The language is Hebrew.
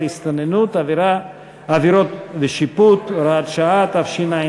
הסתננות (עבירות ושיפוט) (הוראת שעה),